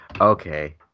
Okay